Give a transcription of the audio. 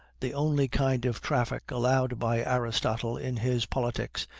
the only kind of traffic allowed by aristotle in his politics,